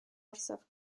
orsaf